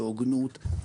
בהוגנות,